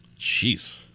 Jeez